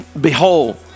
behold